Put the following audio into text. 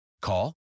Call